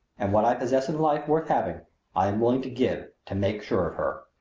and what i possess in life worth having i am willing to give to make sure of her.